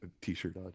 t-shirt